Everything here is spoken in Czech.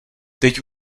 teď